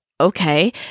okay